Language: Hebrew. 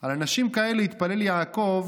על אנשים כאלה התפלל יעקב